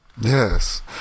Yes